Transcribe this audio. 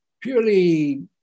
purely